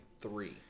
Three